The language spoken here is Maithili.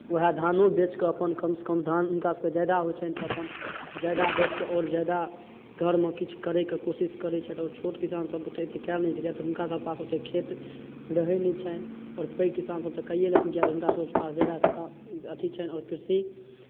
उएह धानो बेचि कऽ अपन कमसँ कम धान हुनकासभके ज्यादा होइ छनि तऽ अपन ज्यादा बेचि कऽ आओर ज्यादा घरमे किछु करैके कोशिश करै छथि आओर छोट किसानसभ बुते एतेक कयल नहि होइ छै किआक तऽ हुनकासभ पास ओतेक खेत रहै नहि छनि आओर पैघ किसानसभ तऽ कैए लेथिन किआक तऽ हुनकासभके पास ज्यादा खेत आ अथि छनि आओर कृषि